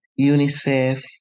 UNICEF